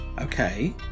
Okay